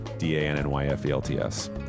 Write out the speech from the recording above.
D-A-N-N-Y-F-E-L-T-S